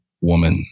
woman